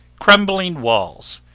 crumbling walls,